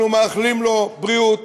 אנחנו מאחלים לו בריאות,